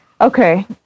Okay